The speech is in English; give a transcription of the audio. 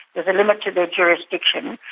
there's a limit to their jurisdiction.